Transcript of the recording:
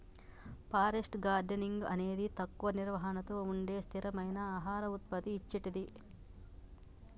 forest gardening అనేది తక్కువ నిర్వహణతో ఉండే స్థిరమైన ఆహార ఉత్పత్తి ఇచ్చేటిది